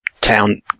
town